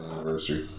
Anniversary